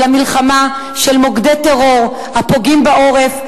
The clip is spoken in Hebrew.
אלא מלחמה של מוקדי טרור הפוגעים בעורף,